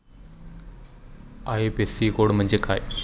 IFSC code म्हणजे काय?